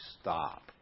stop